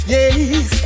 Yes